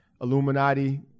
Illuminati